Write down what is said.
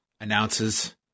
announces